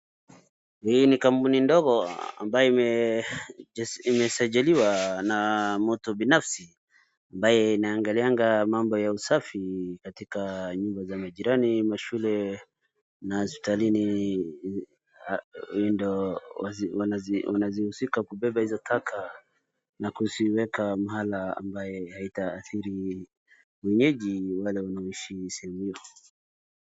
Hii ni kampuni ndogo ambaye imesajiliwa na mtu binafsi .Ambaye inangalinga mambo ya usafi katika nyumba za majirani ,mashule na hospitalini huyu ndo wanazihusika kubeba hizo taka na kueka mahali itahadhiri mwenyeji wale wanaishi sehemu hiyo.